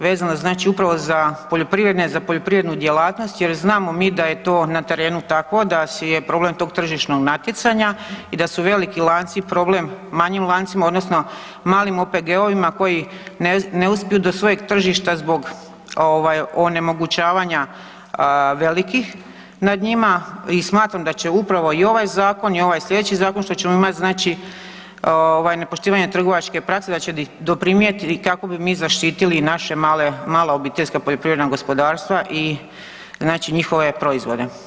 Vezano znači upravo za poljoprivrednike, za poljoprivrednu djelatnost jer znamo mi da je to na terenu tako da je problem tog tržišnog natjecanja i da su veliki lanci problem manjim lancima odnosno malim OPG-ovima koji ne uspiju do svojeg tržišta zbog onemogućavanja velikih nad njima i smatram da će upravo i ovaj Zakon i ovaj sljedeći zakon što ćemo imati znači nepoštivanje trgovačke prakse da će doprinijeti kako bi mi zaštitili naša mala obiteljska poljoprivredna gospodarstva i znači njihove proizvode.